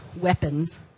weapons